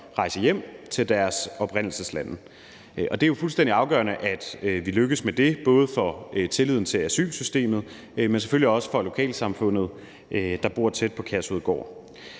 rejse hjem til deres oprindelseslande. Det er jo fuldstændig afgørende, at vi lykkes med det, både for tilliden til asylsystemet, men selvfølgelig også for lokalsamfundet, der bor tæt på Kærshovedgård.